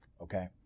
okay